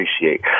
appreciate